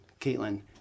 Caitlin